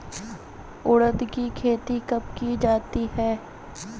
उड़द की खेती कब की जाती है?